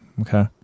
okay